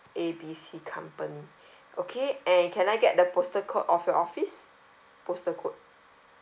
A B C company okay and can I get the postal code of your office postal code